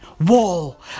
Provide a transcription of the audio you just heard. wall